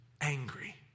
angry